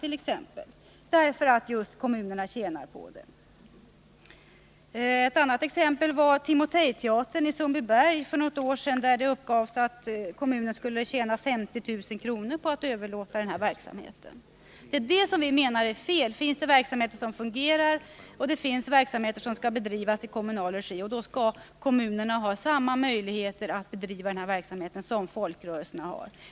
Kommunerna skulle tjäna på det. Ett annat exempel är Timotejteatern i Sundbyberg för något år sedan. Där uppgavs det att kommunen skulle tjäna 50 000 kr. på att överlåta verksamheten. Detta anser vpk vara fel. Finns det fungerande verksamheter som skall bedrivas i kommunal regi, skall kommunerna ha samma möjligheter som folkrörelserna att bedriva verksamheterna.